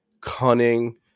cunning